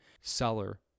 seller